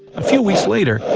a few weeks later,